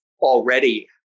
already